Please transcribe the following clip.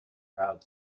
crowd